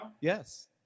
Yes